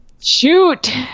Shoot